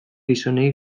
gizonei